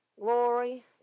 Glory